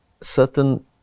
certain